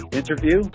interview